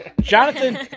Jonathan